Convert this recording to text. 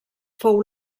fou